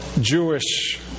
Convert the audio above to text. Jewish